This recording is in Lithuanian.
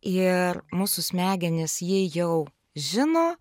ir mūsų smegenys jie jau žino